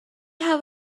have